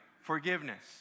Forgiveness